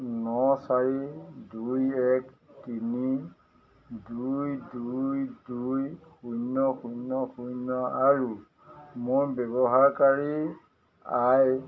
ন চাৰি দুই এক তিনি দুই দুই দুই শূন্য শূন্য শূন্য আৰু মোৰ ব্যৱহাৰকাৰী আই